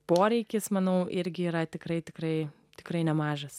poreikis manau irgi yra tikrai tikrai tikrai nemažas